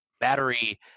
Battery